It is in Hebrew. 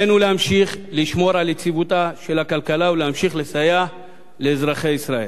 עלינו להמשיך לשמור על יציבותה של הכלכלה ולהמשיך לסייע לאזרחי ישראל.